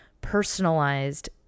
personalized